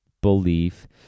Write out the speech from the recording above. belief